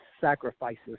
sacrifices